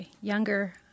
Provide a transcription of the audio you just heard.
younger